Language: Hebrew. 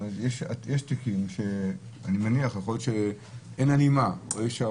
יש תיקים שאני מניח שאין בהם הלימה או שיש לוקח